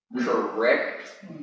correct